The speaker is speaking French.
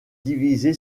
divisé